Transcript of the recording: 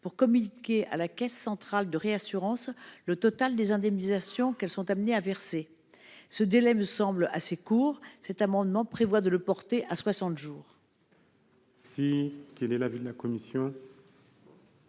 pour communiquer à la Caisse centrale de réassurance le total des indemnisations qu'ils sont amenés à verser. Ce délai me semblant assez court, je souhaiterais le porter à soixante jours.